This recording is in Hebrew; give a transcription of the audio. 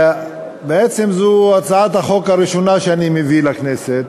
בעצם זו הצעת החוק הראשונה שאני מביא לכנסת.